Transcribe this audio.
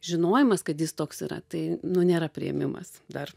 žinojimas kad jis toks yra tai nu nėra priėmimas dar